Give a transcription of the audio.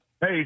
Hey